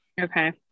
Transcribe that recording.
Okay